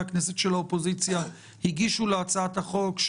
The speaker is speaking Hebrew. הכנסת של האופוזיציה הגישו להצעת החוק,